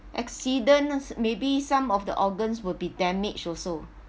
accidents maybe some of the organs will be damaged also